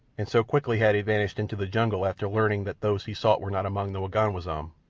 and so quickly had he vanished into the jungle after learning that those he sought were not among the waganwazam,